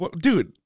Dude